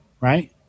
right